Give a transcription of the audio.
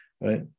right